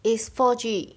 is four G